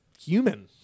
human